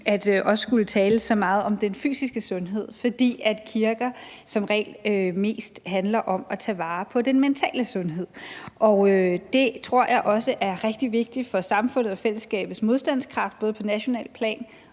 nyt også at skulle tale så meget om den fysiske sundhed, fordi kirker som regel mest handler om at tage vare på den mentale sundhed. Og det tror jeg også er rigtig vigtigt for samfundet og fællesskabets modstandskraft både på nationalt plan